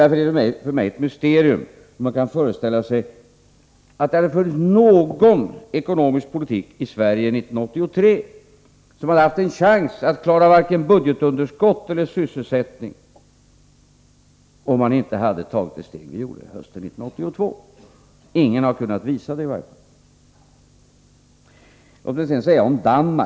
Därför är det för mig ett mysterium hur man kan föreställa sig att det hade funnits någon ekonomisk politik i Sverige 1983 som haft en chans att klara budgetunderskottet eller sysselsättningen, om man inte tagit det steg vi tog hösten 1982. Ingen har kunnat visa det i varje fall.